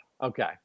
Okay